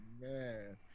man